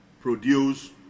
produce